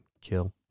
Kill